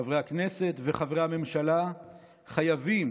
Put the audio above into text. חברי הכנסת וחברי הממשלה חייבים